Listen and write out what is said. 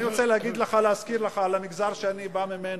אני רוצה להזכיר לך לגבי המגזר שאני בא ממנו: